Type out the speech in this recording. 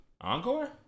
Encore